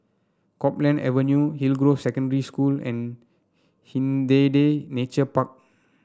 Copeland Avenue Hillgrove Secondary School and Hindhede Nature Park